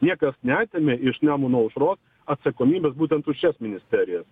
niekas neatėmė iš nemuno aušros atsakomybės būtent už šias ministerijas